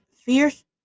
fierce